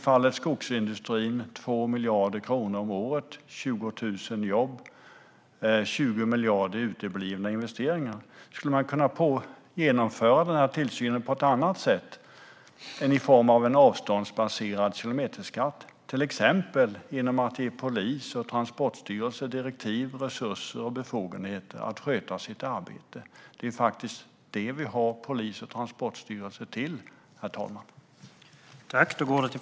För skogsindustrin handlar det om 2 miljarder kronor om året, 20 000 jobb och 20 miljarder i uteblivna investeringar. Skulle man kunna genomföra den tillsynen på ett annat sätt än i form av en avståndsbaserad kilometerskatt? Skulle man till exempel kunna ge polisen och Transportstyrelsen direktiv, resurser och befogenheter att sköta sitt arbete? Det är faktiskt det vi har polisen och Transportstyrelsen till.